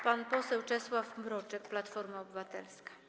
Pan poseł Czesław Mroczek, Platforma Obywatelska.